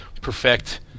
perfect